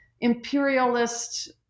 imperialist